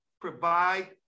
provide